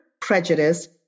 prejudice